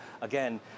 again